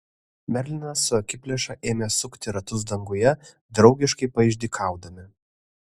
merlinas su akiplėša ėmė sukti ratus danguje draugiškai paišdykaudami